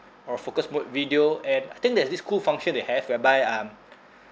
or a focus mode video and I think there's this cool function they have whereby um